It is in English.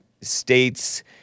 States